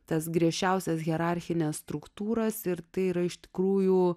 tas griežčiausias hierarchines struktūras ir tai yra iš tikrųjų